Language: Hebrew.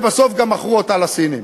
ובסוף גם מכרו אותה לסינים.